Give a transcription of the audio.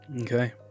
Okay